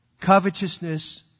Covetousness